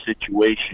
situation